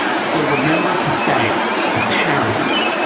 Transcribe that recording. so remember to thank the parents,